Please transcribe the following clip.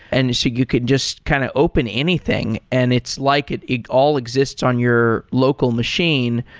and so you could just kind of open anything and it's like it it all exists on your local machine.